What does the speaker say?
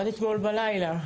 עד אתמול בלילה,